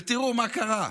ותראו מה קרה: